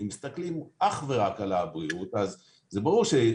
אם מסתכלים אך ורק על הבריאות זה ברור שאם